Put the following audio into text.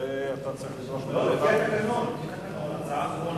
הסעיף האחרון